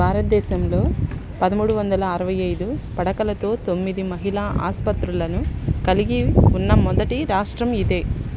భారతదేశంలో పదమూడు వందల అరవై ఐదు పడకలతో తొమ్మిది మహిళా ఆస్పత్రులను కలిగి ఉన్నమొదటి రాష్ట్రం ఇదే